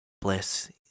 bless